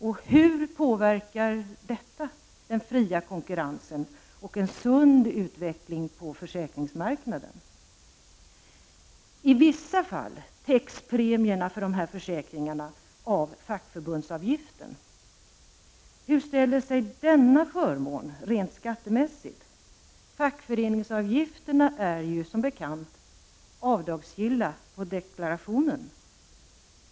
Och hur påverkar detta den fria konkurrensen och en sund utveckling på försäkringsmarknaden? I vissa fall täcks premierna för de här försäkringarna av fackförbundsavgiften. Hur ställer sig denna förmån rent skattemässigt? Fackföreningsavgifterna är ju som bekant avdragsgilla vid deklarationen.